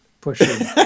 pushing